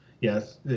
Yes